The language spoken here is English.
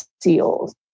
seals